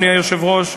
אדוני היושב-ראש,